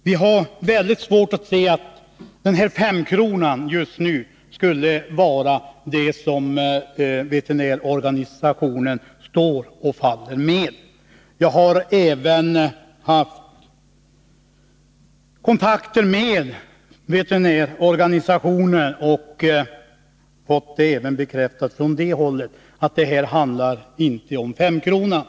Vi har mycket svårt att se att veterinärorganisationen står och faller med den här femkronan. Jag har haft kontakt med veterinärorganisationen och även från det hållet fått bekräftat att det här inte handlar om femkronan.